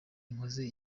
nkoze